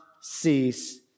cease